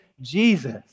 Jesus